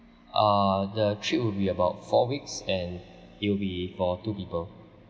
uh the trip would be about four weeks and it will be for two people